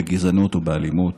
בגזענות ובאלימות,